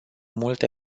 multe